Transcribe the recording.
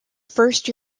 first